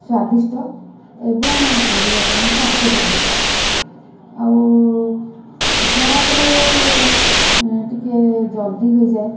ସ୍ଵାଦିଷ୍ଟ ଏବଂ ଶରୀର ପାଇଁ ସ୍ୱାସ୍ଥ୍ୟକର ହୋଇଥାଏ ଆଉ ଗ୍ୟାସ୍ରେ ଟିକେ ଜଲ୍ଦି ହୋଇଯାଏ